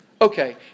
Okay